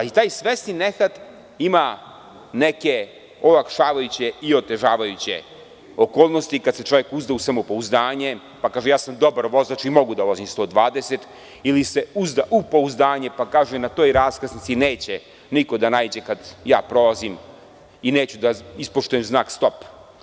Taj svesni nehat ima neke olakšavajuće i otežavajuće okolnosti kada se čovek uzda u samopouzdanje pa kaže – ja sam dobar vozač i mogu da vozim 120; ili se uzda u pouzdanje pa kaže – na toj raskrsnici neće niko da naiđe kada ja prolazim i neću da ispoštujem znak „stop“